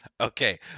Okay